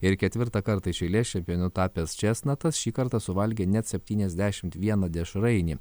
ir ketvirtą kartą iš eilės čempionu tapęs čėsnatas šį kartą suvalgė net septyniasdešimt vieną dešrainį